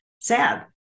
sad